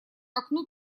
окну